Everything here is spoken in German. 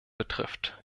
betrifft